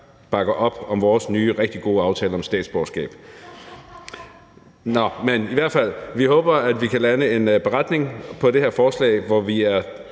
bakker op om vores nye rigtig gode aftale om statsborgerskab. Nå, men i hvert fald håber vi, at vi kan lande en beretning på det her forslag, hvor vi er,